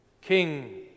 King